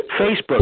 Facebook